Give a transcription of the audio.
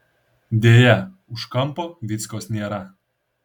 deja už kampo vyckos nėra